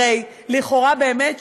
הרי לכאורה, באמת,